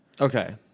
Okay